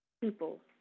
people